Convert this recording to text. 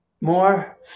more